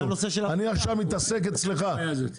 עכשיו אני מתעסק בבעיות אצלך.